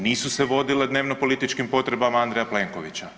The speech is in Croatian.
Nisu se vodile dnevnopolitičkim potrebama Andreja Plenkovića.